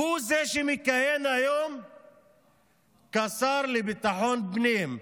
הוא זה שמכהן היום כשר לביטחון פנים,